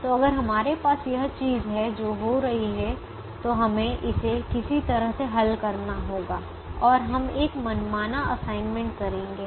तो अगर हमारे पास यह चीज है जो हो रही है तो हमें इसे किसी तरह से हल करना होगा और हम एक मनमाना असाइनमेंट करेंगे